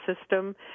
system